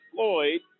Floyd